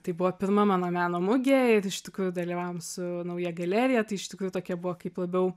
tai buvo pirma mano meno mugė ir iš tikrųjų dalyvavom su nauja galerija tai iš tikrųjų tokia buvo kaip labiau